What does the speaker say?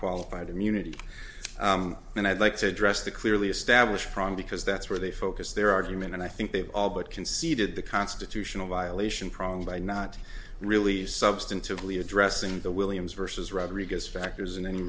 qualified immunity and i'd like to address the clearly established prong because that's where they focus their argument and i think they've all but conceded the constitutional violation problem by not really substantively addressing the williams versus rodriguez factors in any